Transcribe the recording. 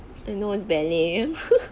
I know it's ballet